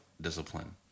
discipline